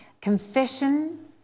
confession